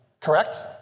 Correct